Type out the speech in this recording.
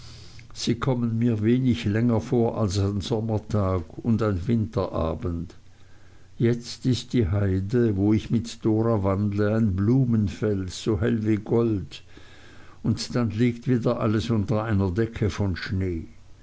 sie kommen mir wenig länger vor als ein sommertag und ein winterabend jetzt ist die haide wo ich mit dora wandle ein blumenfeld so hell wie gold und dann liegt wieder alles unter einer decke von schnee